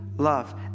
Love